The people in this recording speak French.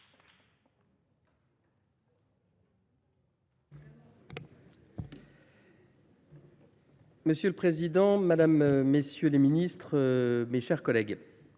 Monsieur le Président, Mesdames, Messieurs les Ministres, Mes chers collègues,